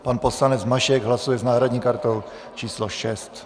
Pan poslanec Mašek hlasuje s náhradní kartou číslo 6.